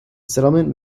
settlement